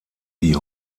die